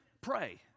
pray